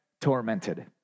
tormented